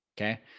okay